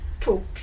talk